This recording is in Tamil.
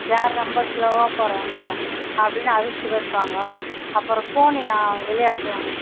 யார் ரொம்ப ஸ்லோவாக போகிறாங்க அப்படின்னு அடுத்து வைப்பாங்க அப்புறம் கோணி விளையாட்டு